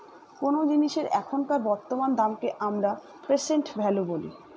কোনো জিনিসের এখনকার বর্তমান দামকে আমরা প্রেসেন্ট ভ্যালু বলি